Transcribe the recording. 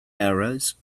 errors